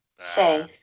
say